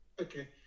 Okay